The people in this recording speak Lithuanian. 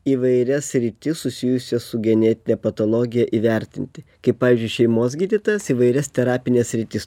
įvairias sritis susijusias su genetine patologija įvertinti kaip pavyzdžiui šeimos gydytojas įvairias terapines sritis